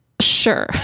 sure